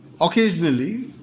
occasionally